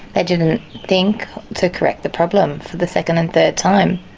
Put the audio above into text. ah didn't think to correct the problem for the second and third time,